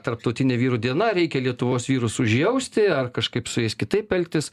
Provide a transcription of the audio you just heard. tarptautinė vyrų diena reikia lietuvos vyrus užjausti ar kažkaip su jais kitaip elgtis